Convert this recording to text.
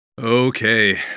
Okay